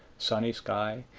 sunny sky.